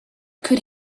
could